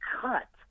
cut